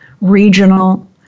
regional